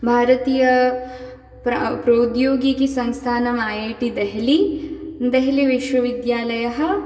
भारतीयप्र प्रौद्योगिकीसंस्थानम् I I T Delhi Delhi विश्वविद्यालयः